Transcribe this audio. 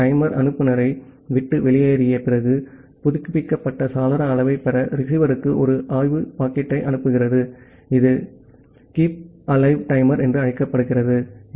ஆகவே டைமர் அனுப்புநரை விட்டு வெளியேறிய பிறகு புதுப்பிக்கப்பட்ட சாளர அளவைப் பெற ரிசீவருக்கு ஒரு ஆய்வு பாக்கெட்டை அனுப்புகிறது ஏதோ இருக்கிறது Keepalive timer என அழைக்கப்படுகிறது